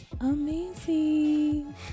amazing